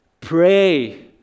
Pray